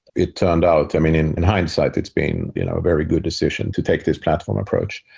it turned out, i mean, in hindsight, it's been you know a very good decision to take this platform approach.